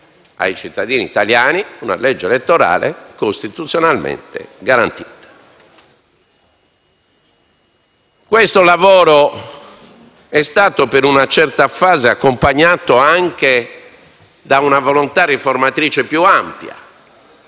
ai cittadini italiani una legge elettorale costituzionalmente garantita. Questo lavoro è stato per una certa fase accompagnato anche da una volontà riformatrice più ampia.